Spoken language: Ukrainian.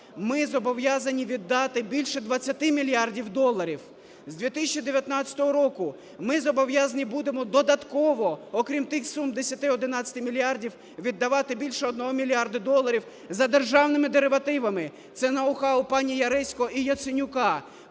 ми зобов'язані віддати більше 20 мільярдів доларів. З 2019 року ми зобов'язані будемо додатково, окрім тих сум 10-12 мільярдів, віддавати більше 1 мільярда доларів за державними деривативами. Це ноу-хау пані Яресько і Яценюка,